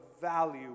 value